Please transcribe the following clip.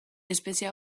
espezie